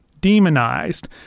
demonized